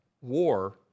war